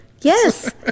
Yes